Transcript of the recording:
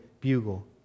bugle